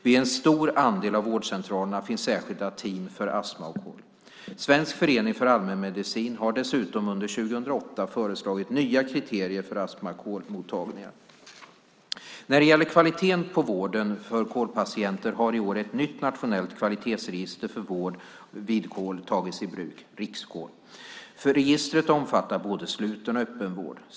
Vid en stor andel av vårdcentralerna finns särskilda team för astma och KOL. Svensk förening för allmänmedicin har dessutom under 2008 föreslagit nya kriterier för astma och KOL-mottagningar. När det gäller kvaliteten på vården för KOL-patienter har i år ett nytt nationellt kvalitetsregister för vård vid KOL tagits i bruk, Riks-KOL. Registret omfattar både sluten och öppen vård.